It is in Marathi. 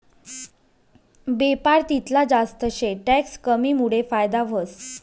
बेपार तितला जास्त शे टैक्स कमीमुडे फायदा व्हस